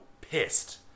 pissed